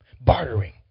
Bartering